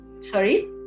Sorry